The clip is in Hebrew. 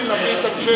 בממשלה כל שר,